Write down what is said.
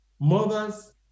Mothers